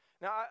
now